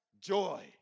joy